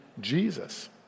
Jesus